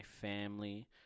family